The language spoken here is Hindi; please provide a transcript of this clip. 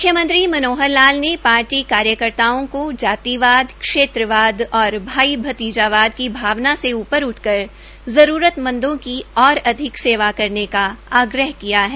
मुख्यमंत्री मनोहर लाल ने पार्टी कार्यकर्ताओं को जातिवाद क्षेत्रवाद और भाई भतीजावा की भावन से ऊपर उठकर जरूतमंदो की ओर सेवा करने का आग्रह किया है